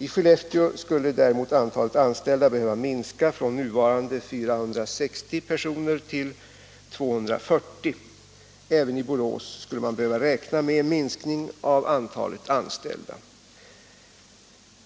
I Skellefteå skulle däremot antalet anställda behöva minska från nuvarande 460 till 240 personer. Även i Borås skulle man behöva räkna med en minskning av antalet anställda,